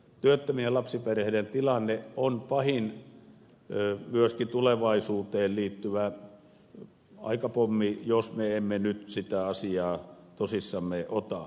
työttömien lapsiperheiden tilanne on pahin myöskin tulevaisuuteen liittyvä aikapommi jos me emme nyt sitä asiaa tosissamme ota